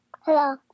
Hello